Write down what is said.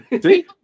See